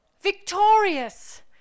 victorious